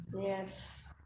yes